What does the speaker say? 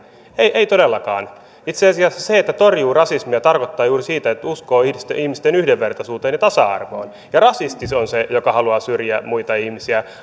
ei ei todellakaan itse asiassa se että torjuu rasismia tarkoittaa juuri sitä että uskoo ihmisten ihmisten yhdenvertaisuuteen ja tasa arvoon ja rasisti se on se joka haluaa syrjiä muita ihmisiä